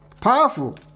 Powerful